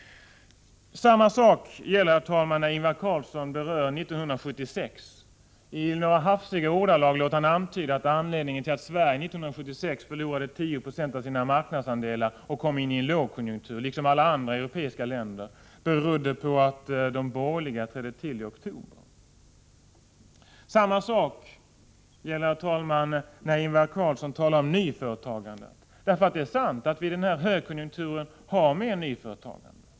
När Ingvar Carlsson berör 1976 låter han i några hafsiga ordalag antyda att anledningen till att Sverige 1976 förlorade 10 26 av sina marknadsandelar och kom in i en lågkonjunktur, liksom alla andra europeiska länder, var att de borgerliga kom i regeringsställning i oktober. Ingvar Carlsson tar även upp nyföretagandet. Det är sant att vi i den här högkonjunkturen har mer nyföretagande.